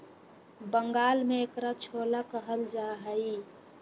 बंगाल में एकरा छोला कहल जाहई